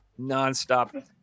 nonstop